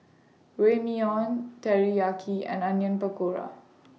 Ramyeon Teriyaki and Onion Pakora